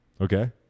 Okay